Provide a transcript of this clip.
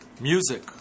Music